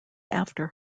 after